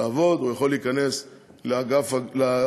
הוא יכול להיכנס לגבייה,